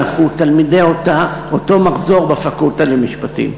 אנחנו תלמידי אותו מחזור בפקולטה למשפטים.